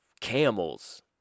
camels